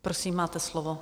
Prosím, máte slovo.